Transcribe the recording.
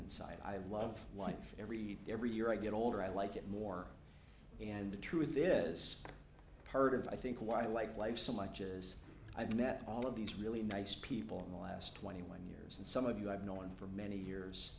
inside i love life every day every year i get older i like it more and the truth is heard if i think why i like life so much as i've met all of these really nice people in the last twenty one years and some of you i've known for many years